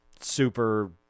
super